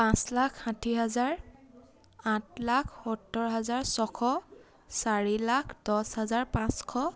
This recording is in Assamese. পাঁচ লাখ ষাঠি হাজাৰ আঠ লাখ সত্তৰ হাজাৰ ছয়শ চাৰি লাখ দহ হাজাৰ পাঁচশ